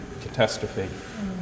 catastrophe